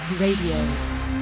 Radio